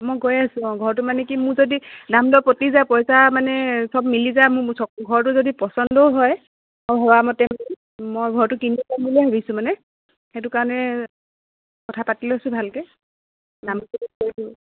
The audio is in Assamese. মই গৈ আছো অঁ ঘৰটো মানে কি মোৰ যদি দাম দৰ পতি যায় পইছা মানে চব মিলি যায় মোৰ ঘৰটো যদি পচন্দও হয় হোৱা মতে মই ঘৰটো কিনি ল'ম বুলিয়েই ভাবিছোঁ মানে সেইটো কাৰণে কথা পাতি লৈছোঁ ভালকৈ